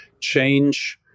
change